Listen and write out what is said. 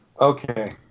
Okay